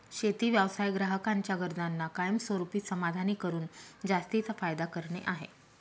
शेती व्यवसाय ग्राहकांच्या गरजांना कायमस्वरूपी समाधानी करून जास्तीचा फायदा करणे आहे